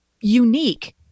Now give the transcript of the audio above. unique